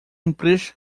empresa